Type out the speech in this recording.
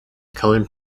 coloured